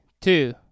two